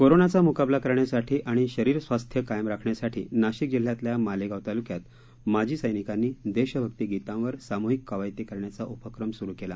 कोरोनाचा मुकाबला करण्यासाठी आणि शरीरस्वास्थ्य कायम राखण्यासाठी नाशिक जिल्ह्यातल्या मालेगाव तालुक्यात माजी सैनिकांनी देशभक्ती गीतांवर सामूहिक कवायती करण्याचा उपक्रम सुरु केला